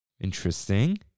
Interesting